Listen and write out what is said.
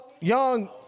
young